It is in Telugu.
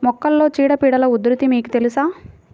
మొక్కలలో చీడపీడల ఉధృతి మీకు తెలుసా?